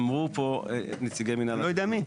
אמרו פה נציגי מינהל התכנון --- לא יודע מי.